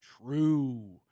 True